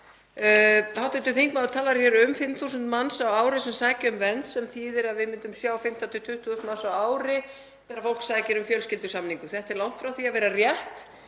Hv. þingmaður talar hér um 5.000 manns á ári sem sæki um vernd sem þýðir að við myndum sjá 15.000–20.000 manns á ári þegar fólk sækir um fjölskyldusameiningu. Þetta er langt frá því að vera rétt.